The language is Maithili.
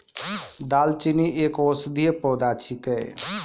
दालचीनी एक औषधीय पौधा छिकै